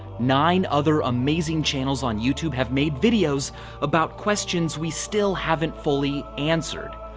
nine other amazing channels on youtube have made videos about questions we still haven't fully answered.